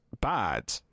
bad